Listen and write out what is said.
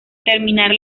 terminar